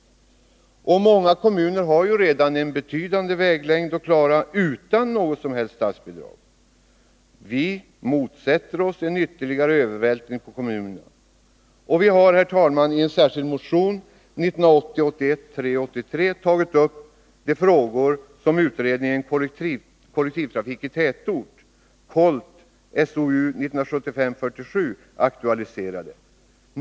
Många kommuner har redan en betydande väglängd att klara, utan något som helst statsbidrag. Vi motsätter oss en ytterligare övervältring på kommunerna. Vi har, herr talman, i en särskild motion, 1980/81:383, tagit upp de frågor som utredningen Kollektivtrafik i tätort aktualiserade.